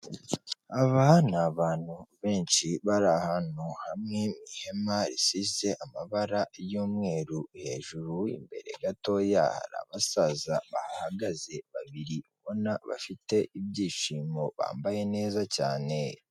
Aba ni abantu benshi bari ahantu hamwe, ihema risize amabara y'umweru hejuru, imbere gatoya hari abasaza bahahagaze babiri ubona bafite ibyishimo bambaye neza cyane.